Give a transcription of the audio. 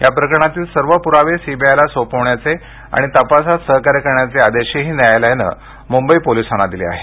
या प्रकरणातील सर्व पुरावे सीबीआयला सोपवण्याचे आणि तपासात सहकार्य करण्याचे आदेशही न्यायालयानं मुंबई पोलिसांना दिले आहेत